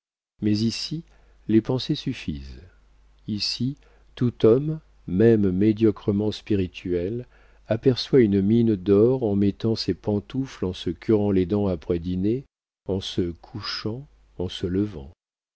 mais ici les pensées suffisent ici tout homme même médiocrement spirituel aperçoit une mine d'or en mettant ses pantoufles en se curant les dents après dîner en se couchant en se levant